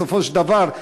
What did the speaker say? בסופו של דבר,